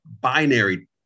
binary